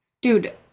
Dude